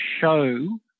show